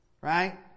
right